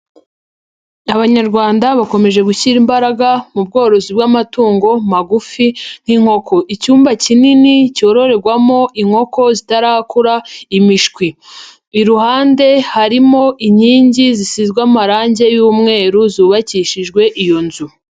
Abanyarwanda bakomeje gushyira imbaraga mu bworozi bw'amatungo magufi nk'inkoko. Icyumba kinini cyororerwamo inkoko zitarakura imishwi. Iruhande harimo inkingi zisizwe amarange y'umweru zubakishijwe iyo nzu.